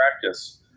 practice